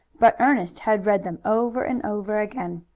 but ernest had read them over and over again.